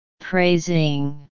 Praising